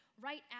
right